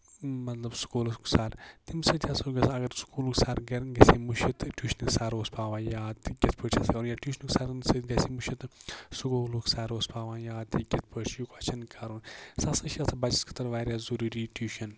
مطلب سکوٗلُک سر تَمہِ سۭتۍ ہسا گوٚو اَگر سکوٗلُک سر گژھِ ہا مٔشتھ تہٕ ٹیوٗشنُک سر اوس پاوان یاد کہِ کِتھ پٲٹھۍ چھُ آسان کرُن یا توٗشنُک سرن سۭتۍ گژھِ ہا مٔشتھ تہٕ سکوٗلُک سر اوس پاوان یاد کہِ کِتھ پٲٹھۍ چھُ یہِ کوسچن کَرُن سُہ سا چھُ آسان بَچس خٲطرٕ واریاہ ضروٗری ٹیوٗشن